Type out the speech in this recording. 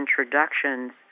introductions